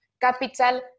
capital